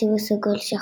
צבעו סגול-שחור.